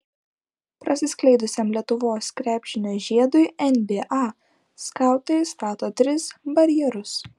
prasiskleidusiam lietuvos krepšinio žiedui nba skautai stato tris barjerus